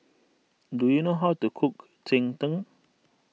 do you know how to cook Cheng Tng